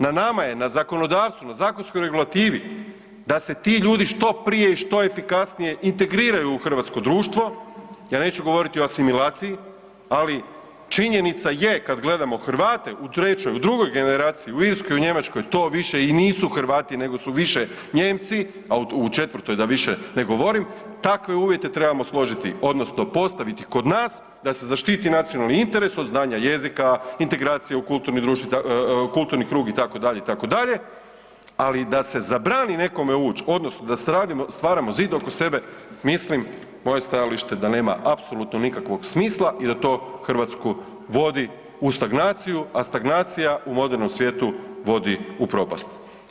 Na nama je na zakonodavstvu, na zakonskoj regulativi da se ti ljudi što prije i što efikasnije integriraju u hrvatsko društvo, ja neću govoriti o asimilaciji, ali činjenica je kad gledamo Hrvate u trećoj, u drugoj generaciji u Irskoj i u Njemačkoj to više i nisu Hrvati nego su više Nijemci, a u četvrtoj da više ne govorim, takve uvjete trebamo složiti odnosno postaviti kod nas da se zaštiti nacionalni interes od znanja jezika, integracije u kulturni krug itd., itd., ali da se zabrani nekome ući odnosno da stvaramo zid oko sebe mislim, moje stajalište je da nema apsolutno nikakvog smisla i da to Hrvatsku vodi u stagnaciju, a stagnacija u modernom svijetu vodi u propast.